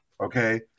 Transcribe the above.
Okay